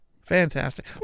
fantastic